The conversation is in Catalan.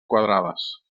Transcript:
quadrades